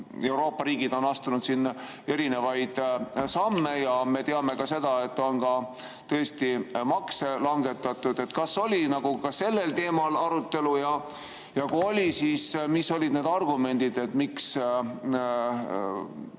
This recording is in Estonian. Euroopa riigid on astunud siin erinevaid samme. Ja me teame ka seda, et on tõesti makse langetatud. Kas oli sellel teemal arutelu? Ja kui oli, siis mis olid need argumendid, miks